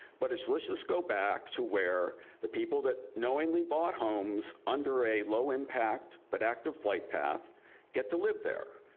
but it's let's just go back to where the people that knowingly bought homes under a low-impact but active flight path get to live there,